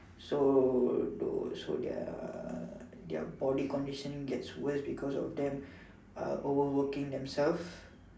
so so their their body conditions get worse because of them uh overworking themselves